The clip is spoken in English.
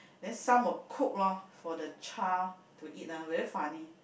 then some will cook loh for the child to eat ah very funny